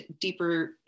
deeper